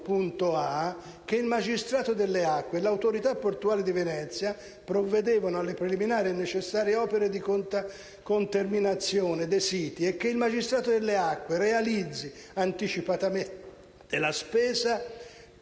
il magistrato delle acque e l'autorità portuale di Venezia provvedessero alle preliminari e necessarie opere di conterminazione dei siti e che il magistrato delle acque realizzasse, anticipandone la spesa, gli